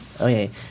Okay